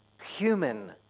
human